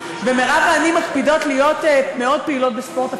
ומירב ואני מקפידות להיות מאוד פעילות בספורט,